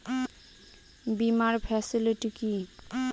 বীমার ফেসিলিটি কি?